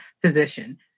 physician